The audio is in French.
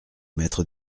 mettre